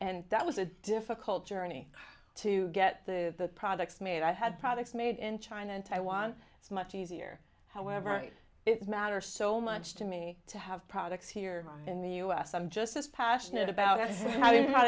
and that was a difficult journey to get the products made i had products made in china taiwan it's much easier however it's matter so much to me to have products here in the u s i'm just as passionate about